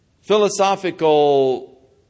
philosophical